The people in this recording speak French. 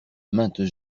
maintes